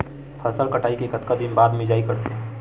फसल कटाई के कतका दिन बाद मिजाई करथे?